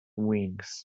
wings